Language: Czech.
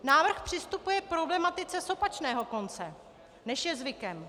Návrh přistupuje k problematice z opačného konce, než je zvykem.